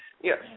yes